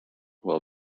will